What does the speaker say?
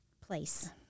place